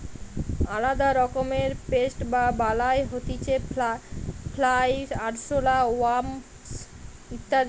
আলদা রকমের পেস্ট বা বালাই হতিছে ফ্লাই, আরশোলা, ওয়াস্প ইত্যাদি